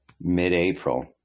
mid-April